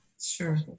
sure